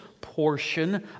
portion